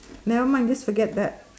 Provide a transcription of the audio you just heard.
nevermind just forget that